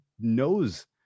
knows